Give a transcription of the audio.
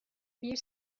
bir